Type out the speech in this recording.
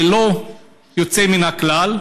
ללא יוצא מן הכלל.